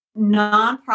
nonprofit